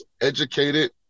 educated